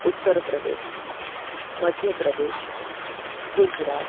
Uttar Pradesh Madhya Pradesh Gujarat